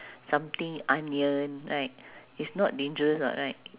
something onion right it's not dangerous [what] right